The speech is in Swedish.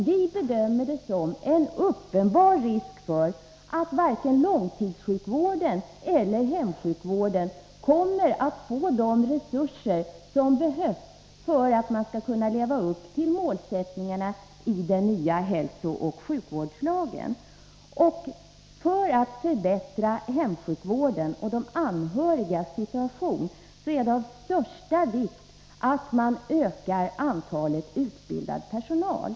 Vi bedömer att det är en uppenbar risk för att varken långtidssjukvården eller hemsjukvården kommer att få de resurser som behövs för att man skall kunna leva upp till målsättningarna i den nya hälsooch sjukvårdslagen. För att förbättra hemsjukvården och de anhörigas situation är det av största vikt att man utökar den utbildade personalen.